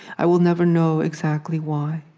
i will never know exactly why.